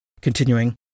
continuing